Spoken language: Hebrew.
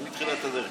אני מתחילת הדרך,